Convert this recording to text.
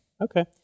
Okay